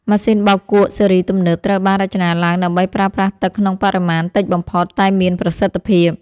ម៉ាស៊ីនបោកគក់ស៊េរីទំនើបត្រូវបានរចនាឡើងដើម្បីប្រើប្រាស់ទឹកក្នុងបរិមាណតិចបំផុតតែមានប្រសិទ្ធភាព។